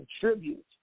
contribute